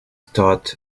start